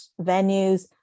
venues